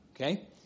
Okay